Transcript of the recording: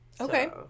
Okay